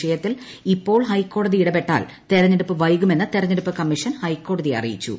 വിഷയത്തിൽ ഇപ്പോൾ ഹൈക്കോടതി ഇടപെട്ടാൽ തെരഞ്ഞെടുപ്പ് വൈകുമെന്ന് തെരഞ്ഞെടുപ്പ് കമ്മീഷൻ ഹൈക്കോടതിയെ അറിയിച്ചു